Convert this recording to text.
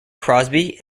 crosby